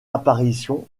apparition